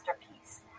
masterpiece